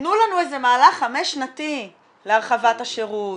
תנו לנו איזה מהלך חמש שנתי להרחבת השירות,